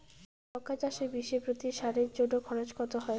লঙ্কা চাষে বিষে প্রতি সারের জন্য খরচ কত হয়?